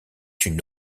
une